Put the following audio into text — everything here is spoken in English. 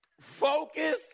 focus